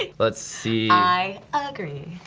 ah let's see. i agree.